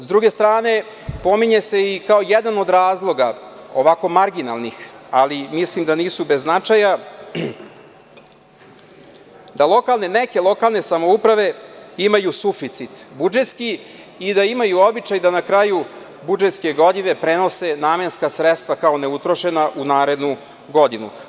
S druge strane, pominje se i kao jedan od razloga, ovako marginalnih, ali mislim da nisu bez značaja, da neke lokalne samouprave imaju suficit budžetski i da imaju običaj da na kraju budžetske godine prenose namenska sredstva kao neutrošena u narednu godinu.